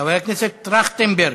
חבר הכנסת טרכטנברג,